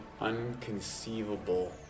unconceivable